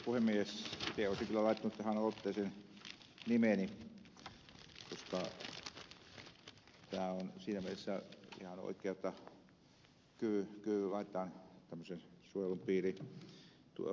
itse olisin kyllä laittanut tähän aloitteeseen nimeni koska tämä on siinä mielessä ihan oikein jotta kyy laitetaan tämmöisen suojelun piiriin